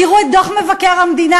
תראו את דוח מבקר המדינה,